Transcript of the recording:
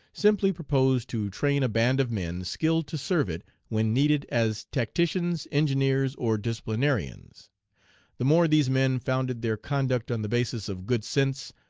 simply proposed to train a band of men skilled to serve it when needed as tacticians, engineers, or disciplinarians the more these men founded their conduct on the bases of good sense,